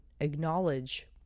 acknowledge